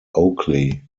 oakley